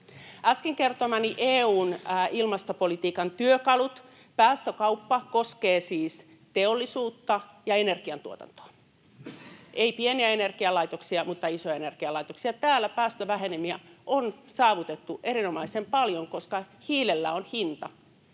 Äsken kertomani EU:n ilmastopolitiikan työkalut, päästökauppa, koskee siis teollisuutta ja energiantuotantoa, ei pieniä energialaitoksia, mutta isoja energialaitoksia, ja täällä päästövähenemiä on saavutettu erinomaisen paljon, koska hiilellä on hinta